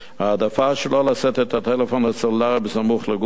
העדפה שלא לשאת את הטלפון הסלולרי בסמוך לגוף,